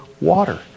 water